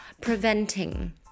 preventing